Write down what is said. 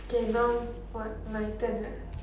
okay now what my turn ah